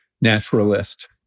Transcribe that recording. naturalist